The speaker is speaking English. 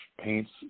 paints